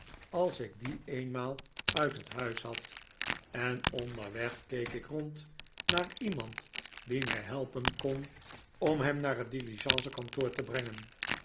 als ik dien eenmaal uit het huis had en onderweg keek ik rond naar iemand die mij helpen kon om hem naar het diligencekantoor te brengen